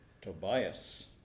Tobias